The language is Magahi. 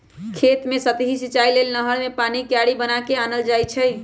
खेत कें सतहि सिचाइ लेल नहर कें पानी क्यारि बना क आनल जाइ छइ